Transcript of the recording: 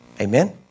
Amen